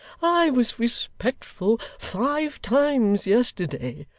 i was respectful five times yesterday.